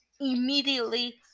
Immediately